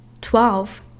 Twelve